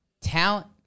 talent